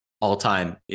all-time